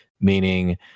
meaning